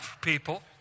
people